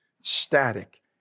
static